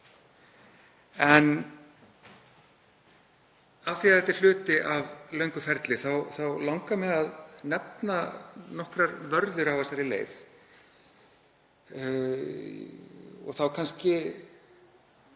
En af því að þetta er hluti af löngu ferli þá langar mig að nefna nokkrar vörður á þessari leið. Ein